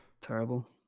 terrible